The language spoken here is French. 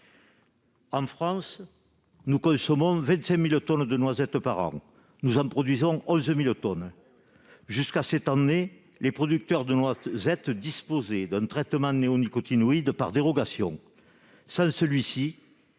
En France, nous consommons 25 000 tonnes de noisettes par an ; nous en produisons 11 000 tonnes. Jusqu'à cette année, les producteurs de noisettes disposaient d'un traitement néonicotinoïdes par dérogation. Sans celui-ci,